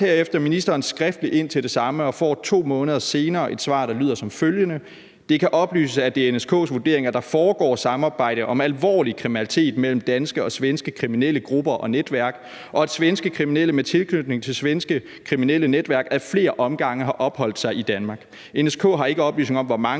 herefter ministeren skriftligt ind til det samme og får 2 måneder senere et svar, der lyder som følger: »Det kan dog oplyses, at det er NSK’s vurdering, at der foregår samarbejde om alvorlig kriminalitet mellem danske og svenske kriminelle grupper og netværk, og at svenske kriminelle med tilknytning til svenske kriminelle netværk ad flere omgange har opholdt sig i Danmark. NSK har ikke oplysninger om, hvor mange